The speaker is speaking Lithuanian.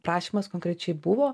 prašymas konkrečiai buvo